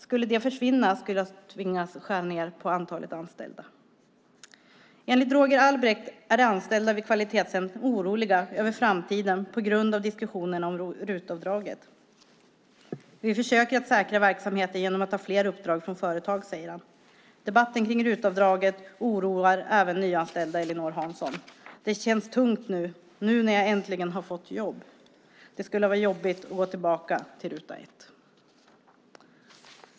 Skulle det försvinna skulle jag tvingas skära ned på antalet anställda. Enligt Roger Albrecht är de anställda vid Kvalitetshem oroliga över framtiden på grund av diskussionerna om Rut-avdraget. - Vi försöker att säkra verksamheten genom att ta fler uppdrag från företag, säger han. Debatten kring Rut-avdraget oroar även nyanställda Ellinor Hansson: - Det känns tungt nu när jag äntligen har fått jobb. Det skulle vara jobbigt att gå tillbaka till ruta ett."